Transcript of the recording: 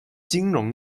金融